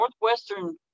Northwestern